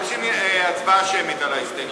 מבקשים הצבעה שמית על ההסתייגות.